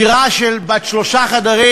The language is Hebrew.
דירה בת שלושה חדרים,